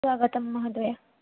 स्वागतं महोदये